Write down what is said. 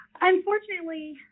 Unfortunately